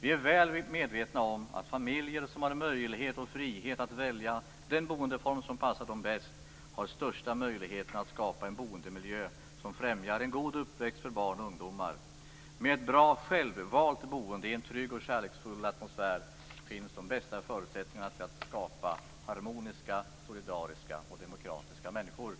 Vi är väl medvetna om att familjer som har möjlighet och frihet att välja den boendeform som passar dem bäst har största möjligheterna att skapa en boendemiljö som främjar en god uppväxt för barn och ungdomar. Med ett bra självvalt boende, i en trygg och kärleksfull atmosfär, finns de bästa förutsättningarna till att forma harmoniska, solidariska och demokratiska människor.